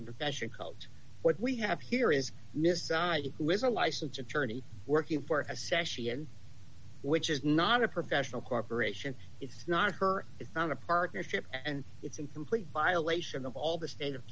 and profession cult what we have here is misguided who is a licensed attorney working for a session which is not a professional corporation it's not her it's not a partnership and it's in complete violation of all the state of